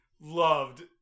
loved